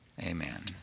Amen